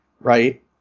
right